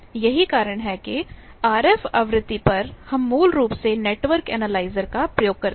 यही कारण है कि आरएफ आवृत्ति पर हम मूल रूप से नेटवर्क एनालाइजर का प्रयोग करते हैं